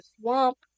Swamp